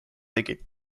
tegi